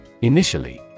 Initially